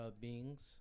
Beings